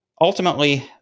ultimately